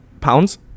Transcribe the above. pounds